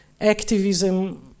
activism